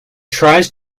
tries